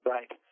Right